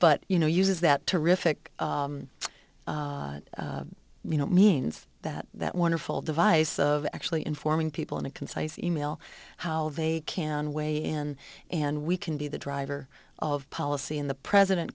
but you know uses that terrific you know means that that wonderful device of actually informing people in a concise e mail how they can weigh in and we can be the driver of policy in the president